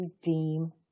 redeem